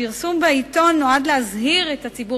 הפרסום בעיתון נועד להזהיר את הציבור,